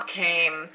came